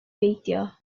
beidio